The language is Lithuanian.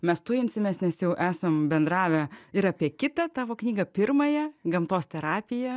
mes tuinsimės nes jau esam bendravę ir apie kitą tavo knygą pirmąją gamtos terapiją